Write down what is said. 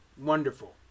wonderful